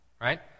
right